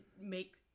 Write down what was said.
make